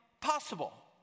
possible